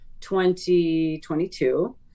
2022